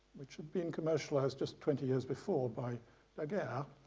which had been commercialised just twenty years before by daguerre. yeah